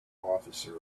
officer